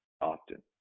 often